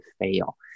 fail